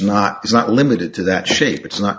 not limited to that shape it's not